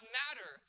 matter